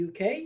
uk